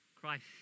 Christ